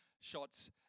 shots